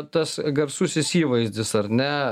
tas garsusis įvaizdis ar ne